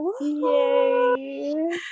Yay